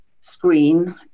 screen